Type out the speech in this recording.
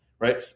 right